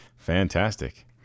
fantastic